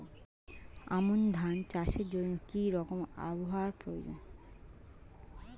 আমন ধান চাষের জন্য কি রকম আবহাওয়া প্রয়োজন?